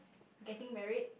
getting married